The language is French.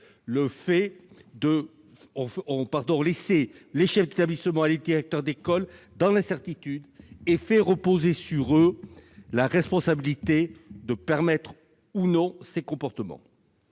ont laissé les chefs d'établissement et les directeurs d'école dans l'incertitude et font reposer sur eux la responsabilité de permettre ou non ces comportements.